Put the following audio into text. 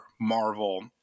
Marvel